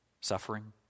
Suffering